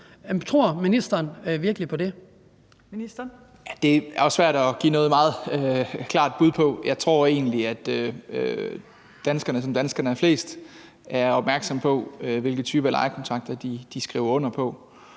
(Christian Rabjerg Madsen): Det er jo svært at give noget meget klart bud på det. Jeg tror egentlig, at danskerne, som danskerne er flest, er opmærksomme på, hvilke type lejekontrakter de skriver under på,